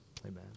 Amen